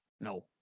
No